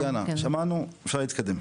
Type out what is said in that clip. טטיאנה, שמענו, אפשר להתקדם.